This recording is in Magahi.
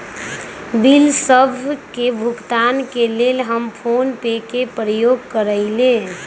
बिल सभ के भुगतान के लेल हम फोनपे के प्रयोग करइले